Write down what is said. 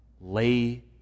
lay